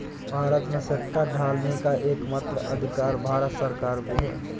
भारत में सिक्का ढालने का एकमात्र अधिकार भारत सरकार को है